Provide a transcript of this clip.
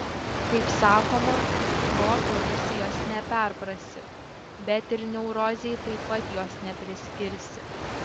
kaip sakoma protu rusijos neperprasi bet ir neurozei taip pat jos nepriskirsi